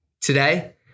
Today